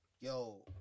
yo